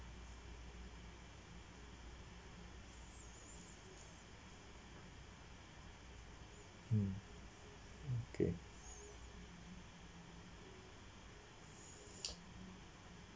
mm okay